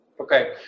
Okay